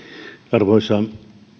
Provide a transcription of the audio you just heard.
arvoisa